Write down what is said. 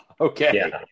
okay